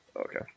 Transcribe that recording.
Okay